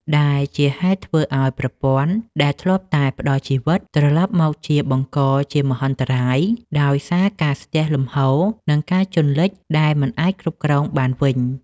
ដែលជាហេតុធ្វើឱ្យប្រព័ន្ធដែលធ្លាប់តែផ្ដល់ជីវិត ត្រឡប់មកជាបង្កជាមហន្តរាយដោយសារការស្ទះលំហូរ និងការជន់លិចដែលមិនអាចគ្រប់គ្រងបានវិញ។